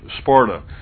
Sparta